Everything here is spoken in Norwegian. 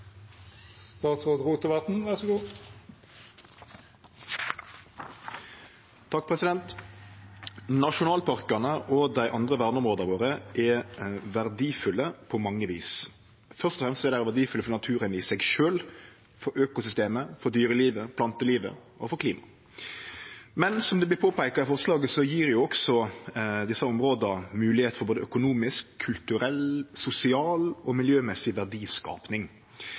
verdifulle på mange vis. Først og fremst er dei verdifulle for naturen i seg sjølv – for økosystemet, for dyrelivet, for plantelivet og for klimaet. Men som det vert påpeika i forslaget, gjev desse områda også moglegheit for både økonomisk, kulturell, sosial og miljømessig verdiskaping